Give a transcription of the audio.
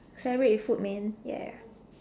celebrate with food man ya